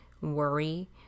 worry